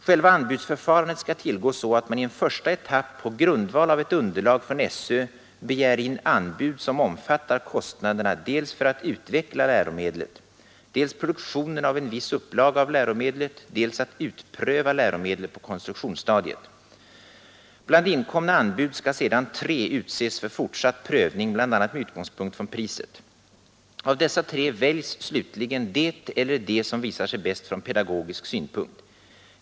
Själva anbudsförfarandet skall tillgå så att man i en första etapp på grundval av ett underlag från SÖ begär in anbud ”som omfattar kostnaderna dels för att utveckla läromedlet” ——— ”dels produktionen av en viss upplaga av läromedlet, dels att utpröva läromedlet på konstruktionsstadiet”. Bland inkomna anbud skall sedan tre utses för fortsatt prövning, bl.a. med utgångspunkt från priset. Av dessa tre väljs slutligen det eller de som visar sig bäst från pedagogisk synpunkt.